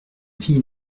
fille